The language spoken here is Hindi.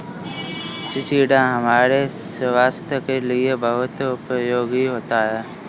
चिचिण्डा हमारे स्वास्थ के लिए बहुत उपयोगी होता है